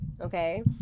okay